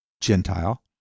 Gentile